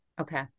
Okay